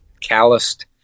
calloused